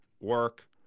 Work